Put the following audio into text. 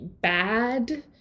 bad